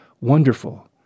Wonderful